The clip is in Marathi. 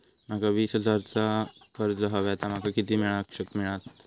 माका वीस हजार चा कर्ज हव्या ता माका किती वेळा क मिळात?